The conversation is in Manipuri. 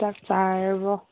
ꯆꯥꯛ ꯆꯥꯔꯕꯣ